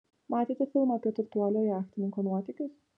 matėte filmą apie turtuolio jachtininko nuotykius